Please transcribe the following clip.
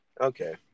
Okay